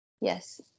Yes